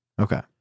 Okay